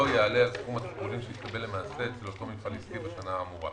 יעלה על סכום התקבולים שיתקבל למעשה אצל אותו מפעל עסקי בשנה האמורה,